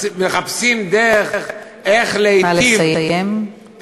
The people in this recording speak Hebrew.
שמחפשים דרך